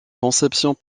conceptions